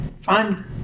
fine